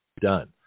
done